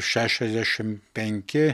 šešiasdešimt penki